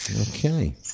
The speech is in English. okay